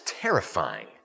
terrifying